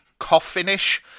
Coffinish